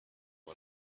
one